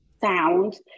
sound